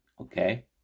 Okay